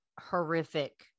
horrific